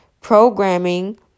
Programming